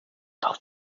doch